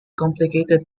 complicated